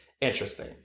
interesting